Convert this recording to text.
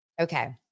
okay